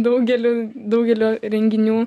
daugeliu daugelio renginių